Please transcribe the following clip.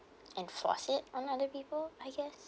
enforce it on other people I guess